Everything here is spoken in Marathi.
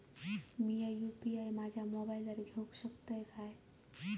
मी यू.पी.आय माझ्या मोबाईलावर घेवक शकतय काय?